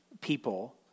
people